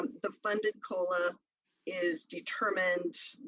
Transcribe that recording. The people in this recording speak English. um the funded cola is determined,